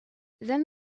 then